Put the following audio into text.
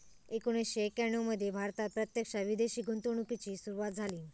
एकोणीसशे एक्याण्णव मध्ये भारतात प्रत्यक्षात विदेशी गुंतवणूकीची सुरूवात झाली